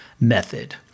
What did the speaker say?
method